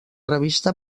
revista